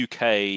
UK